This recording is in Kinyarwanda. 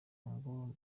ngo